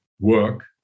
work